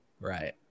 Right